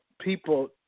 people